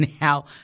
now